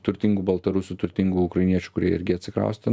turtingų baltarusų turtingų ukrainiečių kurie irgi atsikraustę